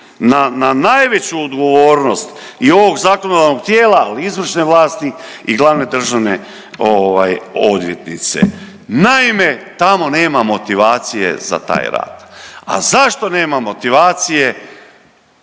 na najveću odgovornost i ovog zakonodavnog tijela, ali i izvršne vlasti i glavne državne odvjetnice. Naime, tamo nema motivacije za taj rad. A zašto nema motivacije?